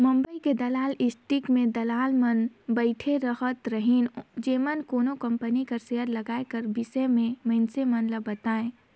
बंबई के दलाल स्टीक में दलाल मन बइठे रहत रहिन जेमन कोनो कंपनी कर सेयर लगाए कर बिसे में मइनसे मन ल बतांए